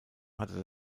hatte